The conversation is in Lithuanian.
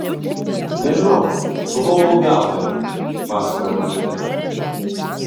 nežinau buvau uogauti pasakojo močiutė